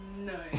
No